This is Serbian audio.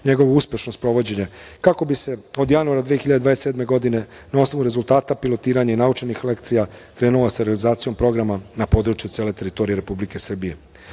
njegovo uspešno sprovođenje kako bi se od januara 2027. godine na osnovu rezultata pilotiranja i naučenih lekcija krenulo sa realizacijom programa na području cele teritorije Republike Srbije. Program